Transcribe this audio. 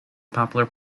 popular